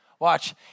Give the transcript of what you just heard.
Watch